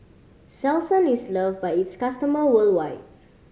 Selsun is love by its customer worldwide